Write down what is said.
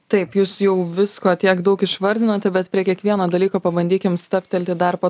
taip jūs jau visko tiek daug išvardinote bet prie kiekvieno dalyko pabandykim stabtelti dar po